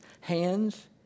hands